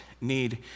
need